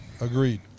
agreed